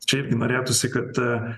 čia irgi norėtųsi kad